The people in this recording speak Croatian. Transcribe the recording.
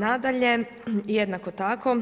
Nadalje, jednako tako